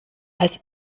als